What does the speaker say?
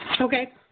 Okay